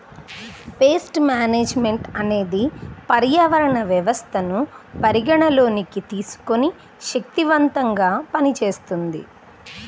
paste management అనేది పర్యావరణ వ్యవస్థను పరిగణలోకి తీసుకొని శక్తిమంతంగా పనిచేస్తుంది